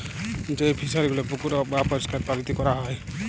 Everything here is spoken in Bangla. যেই ফিশারি গুলো পুকুর বাপরিষ্কার পালিতে ক্যরা হ্যয়